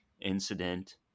incident